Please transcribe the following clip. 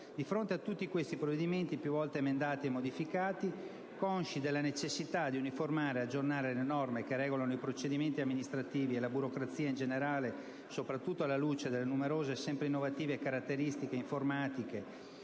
Di fronte a tutti questi provvedimenti, più volte emendati e modificati, consci della necessità di uniformare ed aggiornare le norme che regolano i procedimenti amministrativi e la burocrazia in generale, soprattutto alla luce delle numerose e sempre innovative caratteristiche informatiche